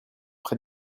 près